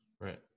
Right